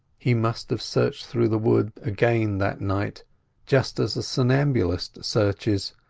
he must have searched through the woods again that night just as a somnambulist searches,